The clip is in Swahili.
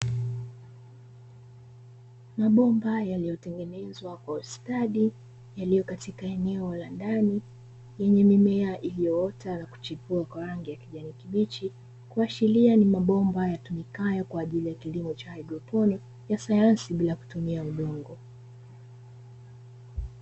Mabomba yaliyotengenezwa kwa ustadi yaliyopo katika eneo la ndani lenye mimea iliyoota na kuchipua kwa rangi ya kijani kibchi, kuashiria ni mabomba yatumikayo kwa ajili ya kilimo cha haidroponi kwa sayansi ya bila kutumia udongo.